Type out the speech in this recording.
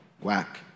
Whack